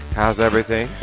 how's everything?